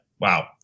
wow